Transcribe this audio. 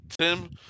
tim